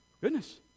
goodness